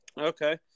okay